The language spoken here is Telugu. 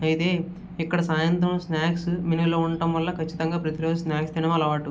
అయితే ఇక్కడ సాయంత్రం స్నాక్స్ మెనులో ఉండడం వల్ల కచ్చితంగా ప్రతీ రోజూ స్నాక్స్ తినడం అలవాటు